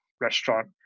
restaurant